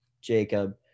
Jacob